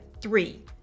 Three